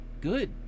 good